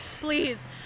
Please